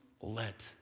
let